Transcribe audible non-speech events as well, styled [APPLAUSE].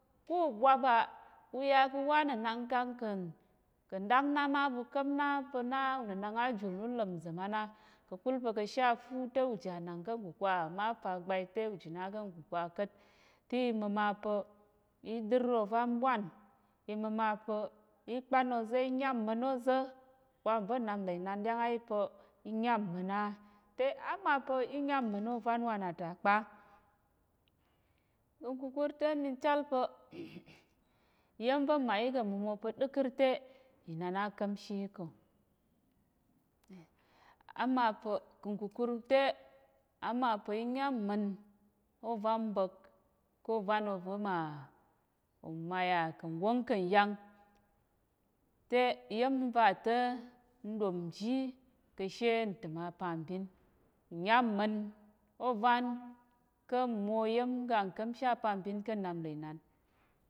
Kú uɓwap à, u ya ka̱ awó á nənang, kang kà̱, kà̱ nɗak na ma ɓu ka̱m na na pa̱ na unənang á jul, na ú ləp nza̱m á na ka̱kul pa̱ ka̱ she afu te uja anàng ká̱ nkukwa, ama á fa agbai te ujina ká̱ nkukwa ka̱t. Te iməma pa̱ i ɗər ovan ɓwan, iməma pa̱ i kpan oza̱ i nyám mma̱n ôza̱ wa nva̱ nnap nlà inan dyáng á yi pa̱ i nyám mma̱n á, te á ma pa̱ i nyám mma̱n ôvan wanata kpa. Nkùkur te mi chal pa̱ [HESITATION] iya̱m va̱ mma yi kà̱ mmumwo pá ɗəkər te inan á ka̱mshi yi kà̱. Á ma pa̱ kà̱ nkùkur te, á ma pa̱ i nyám mma̱n ôvan ba̱k ká̱ ovan ova̱ mà oma yà kà̱ ngwóng kà̱ ngyang. Te iya̱m va ta̱ n ɗom ji ka̱ she ntəm apambin, nnyám mma̱n ôvan ká̱ mmwo iya̱m ga nka̱mshi apambin ká̱ nnap nlà inan